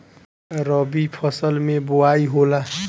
रबी फसल मे बोआई होला?